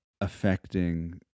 affecting